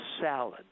salad